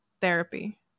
therapy